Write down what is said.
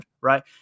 right